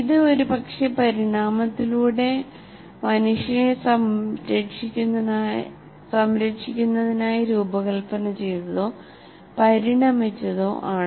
ഇത് ഒരുപക്ഷേപരിണാമത്തിലൂടെ മനുഷ്യരെ സംരക്ഷിക്കുന്നതിനായി രൂപകൽപ്പന ചെയ്തതോ പരിണമിച്ചതോ ആണ്